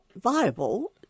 viable